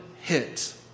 hit